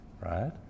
right